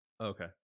Okay